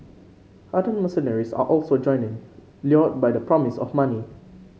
hardened mercenaries are also joining lured by the promise of money